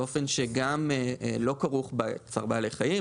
באופן שגם לא כרוך בצער בעלי חיים,